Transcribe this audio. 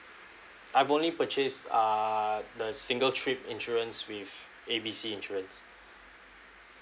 I've only purchase err the single trip insurance with A B C insurance